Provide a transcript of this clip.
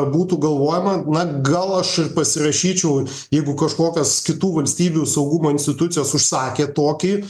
būtų galvojama na gal aš ir pasirašyčiau jeigu kažkokios kitų valstybių saugumo institucijos užsakė tokį